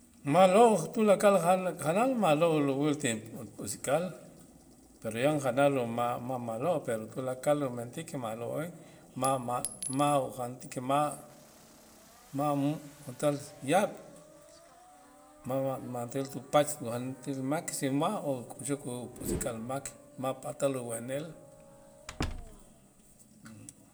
Ma'lo' tulakal ja- janal ma'lo' ulub'ul ti upusik'al pero yan janal u ma' ma' ma'lo' pero tulakal umentik ma'lo'en ma' ma' ma' ujantik ma' ma' utal yaab' ma' ma- mantel tupach kujantil mak si ma' o k'uxuk upusik'al mak ma' patal uwenel.